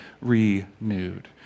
renewed